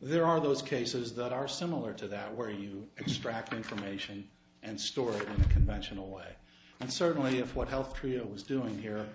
there are those cases that are similar to that where you extract information and story conventional way and certainly if what health trio was doing here